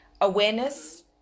Awareness